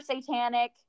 satanic